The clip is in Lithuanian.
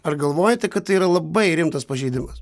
ar galvojate kad tai yra labai rimtas pažeidimas